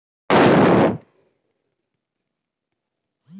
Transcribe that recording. nutmeg গাছে ফলন হওয়া জায়ফলকে মেস বলা হয়